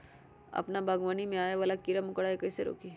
अपना बागवानी में आबे वाला किरा मकोरा के कईसे रोकी?